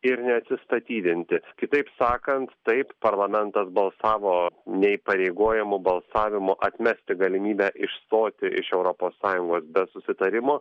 ir neatsistatydinti kitaip sakant taip parlamentas balsavo neįpareigojamu balsavimu atmesti galimybę išstoti iš europos sąjungos be susitarimo